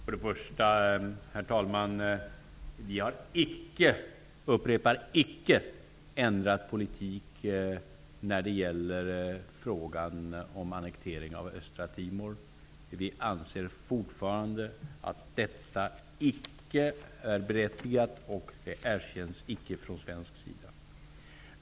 Herr talman! Vi har icke ändrat politik när det gäller frågan om annektering av Östra Timor. Vi anser fortfarande att detta icke är berättigat, och det erkänns icke från svensk sida.